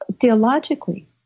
theologically